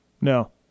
No